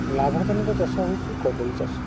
ଲାଭଦାୟକ ଚାଷ ହେଉଛି କଦଳୀ ଚାଷ